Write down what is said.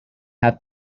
have